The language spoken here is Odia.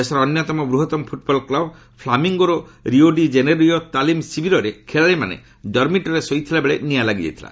ଦେଶର ଅନ୍ୟତମ ବୃହତମ ଫୁଟ୍ବଲ କ୍ଲବ୍ ଫ୍ଲାମିଙ୍ଗୋ ର ରିଓଡି କେନେରିଓ ତାଲିମ ଶିବିରରେ ଖେଳାଳିମାନେ ଡର୍ମିଟରିରେ ଶୋଇଥିବା ବେଳେ ନିଆଁ ଲାଗିଯାଇଥିଲା